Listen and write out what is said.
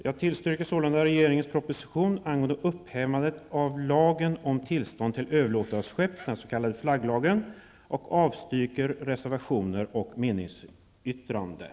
Jag yrkar sålunda bifall till regeringens proposition angående upphävandet av lagen om tillstånd till överlåtelse av skepp, den s.k. flagglagen, och avslag på reservationer och meningsyttringar.